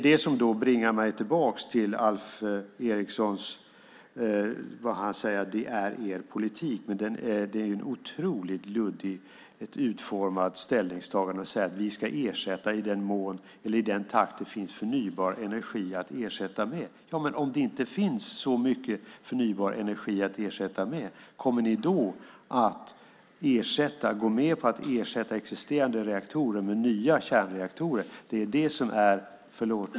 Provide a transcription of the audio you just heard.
Det bringar mig tillbaka till vad Alf Eriksson säger om att det här är er politik. Det är ett otroligt luddigt utformat ställningstagande att säga att ni ska ersätta i den takt det finns förnybar energi att ersätta med. Om det inte finns så mycket förnybar energi att ersätta med kommer ni då att gå med på att ersätta existerande reaktorer med nya kärnreaktorer? Det är det som är - förlåt!